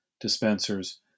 dispensers